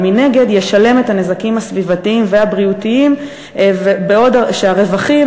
אבל מנגד ישלם את הנזקים הסביבתיים והבריאותיים בעוד שהרווחים,